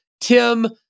Tim